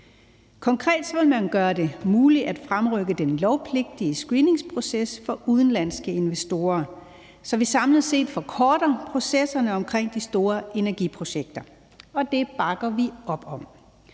Konkret vil man gøre det muligt at fremrykke den lovpligtige screeningsproces for udenlandske investorer, så vi samlet set forkorter processerne omkring de store energiprojekter, og det bakker vi op om.